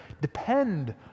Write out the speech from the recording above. depend